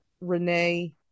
Renee